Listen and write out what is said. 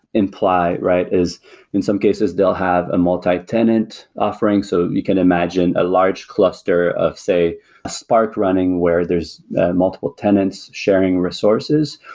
imply, right, is in some cases they'll have a multi-tenant offering. so you can imagine a large cluster of say spark running where there's multiple tenants sharing resources.